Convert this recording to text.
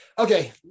Okay